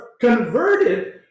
Converted